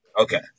Okay